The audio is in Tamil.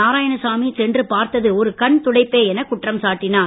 நாராயணசாமி சென்று பார்த்து ஒரு கண் துடைப்பே என குற்றம் சாட்னார்